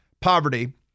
poverty